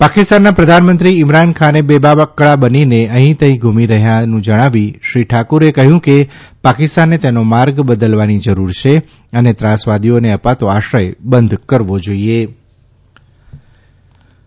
પાકિસ્તાનના પ્રધાનમંત્રી ઇમરાન ખાને બેબાકળા બનીને અહીં તહીં ધુમી રહ્યાનું જણાવી શ્રી ઠાકુરે કહ્યું કે પાકિસ્તાને તેનો માર્ગ બદલવાની જરૂર છે અને ત્રાસવાદીઓને અપાતો આશ્રય બંધ કરવો આભાર નિહારીકા રવિયા જાઇએ